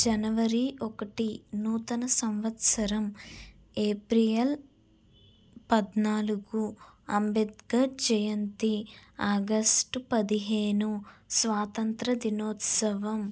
జనవరి ఒకటి నూతన సంవత్సరం ఏప్రిల్ పద్నాలుగు అంబేద్కర్ జయంతి ఆగష్టు పదిహేను స్వాతంత్ర దినోత్సవం